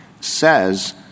says